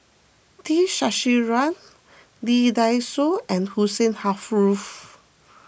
T Sasitharan Lee Dai Soh and Hussein half loof